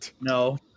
No